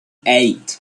eight